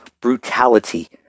brutality